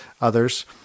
others